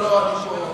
חכו.